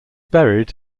buried